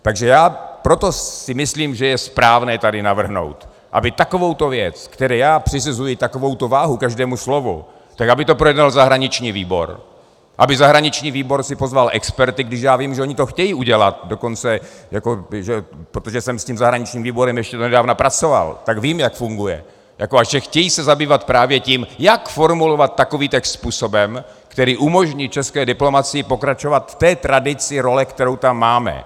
Takže proto si myslím, že je správné tady navrhnout, aby takovouto věc, které já přisuzuji takovouto váhu, každému slovu, aby ji projednal zahraniční výbor, aby si zahraniční výbor pozval experty, když já vím, že oni to chtějí udělat dokonce, protože jsem s tím zahraničním výborem ještě donedávna pracoval, tak vím, jak funguje, že se chtějí zabývat právě tím, jak formulovat takový text způsobem, který umožní české diplomacii pokračovat v té tradici role, kterou tam máme.